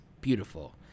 beautiful